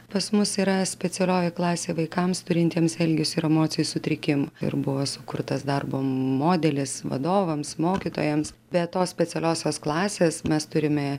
pas mus yra specialioji klasė vaikams turintiems elgesio ir emocijų sutrikimų ir buvo sukurtas darbo modelis vadovams mokytojams be tos specialiosios klasės mes turime